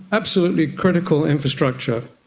absolutely critical infrastructure,